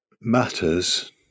matters